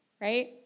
right